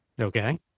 Okay